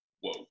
Whoa